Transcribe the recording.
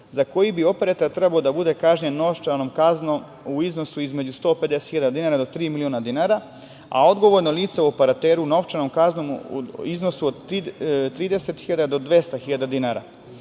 za koji bi operator trebao da bude kažnjen novčanom kaznom u iznosu između 150.000 dinara do tri miliona dinara, a odgovorna lica operateru novčanom kaznom u iznosu od 30.000 do 200.000